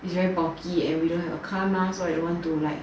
it's very bulky and we don't have a car mah so don't want to like